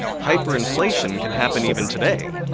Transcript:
hyperinflation can happen even today.